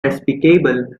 despicable